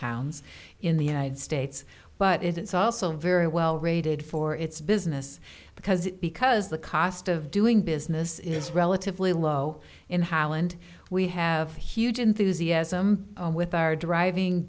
towns in the united states but it's also very well rated for its business because it's because the cost of doing business is relatively low in holland we have huge enthusiasm with our driving